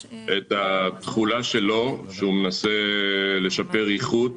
התחולה שלו שהוא מנסה לשפר איכות,